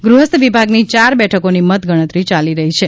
ગુહસ્થ વિભાગની ચાર બેઠકોની મતગણતરી ચાલી રહી છે